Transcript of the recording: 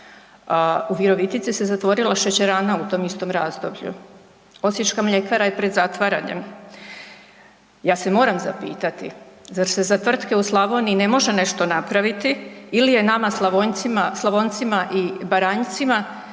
u Virovitici se zatvorila šećerana u tom istom razdoblju, osječka mljekara je pred zatvaranjem. Ja se moram zapitati, zar se za tvrtke u Slavoniji ne može nešto napraviti ili je nama Slavoncima i Baranjcima